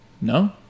No